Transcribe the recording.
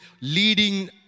leading